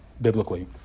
biblically